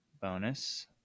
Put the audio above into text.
bonus